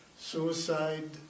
Suicide